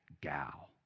gal